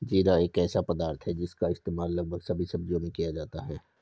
जीरा एक ऐसा पदार्थ है जिसका इस्तेमाल लगभग सभी सब्जियों में किया जाता है